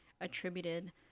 attributed